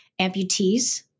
amputees